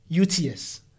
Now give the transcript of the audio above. UTS